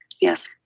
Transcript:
yes